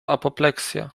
apopleksja